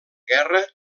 guerra